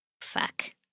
Fuck